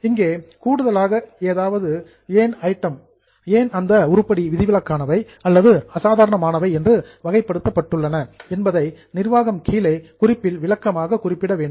இங்கே எக்ஸ்ட்ரா கூடுதலாக அதாவது ஏன் அந்த ஐட்டம் உருப்படி விதிவிலக்கானவை அல்லது அசாதாரணமானவை என்று வகைப்படுத்தப்பட்டுள்ளன என்பதை நிர்வாகம் கீழே குறிப்பில் விளக்கமாக குறிப்பிட வேண்டும்